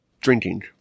drinking